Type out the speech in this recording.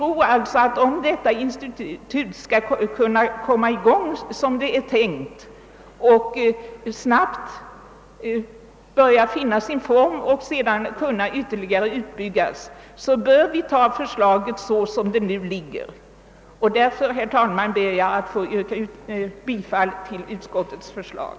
Om detta institut skall komma i gång som det är tänkt och snabbt finna sin form för att sedan ytterligare byggas ut anser vi att förslaget bör accepteras som det nu är utformat. Därför ber jag, herr talman, att få yrka bifall till utskottets hemställan.